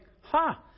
ha